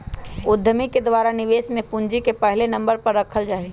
उद्यमि के द्वारा निवेश में पूंजी के पहले नम्बर पर रखल जा हई